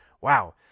Wow